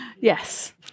Yes